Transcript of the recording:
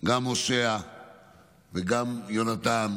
גם הושע וגם יהונתן,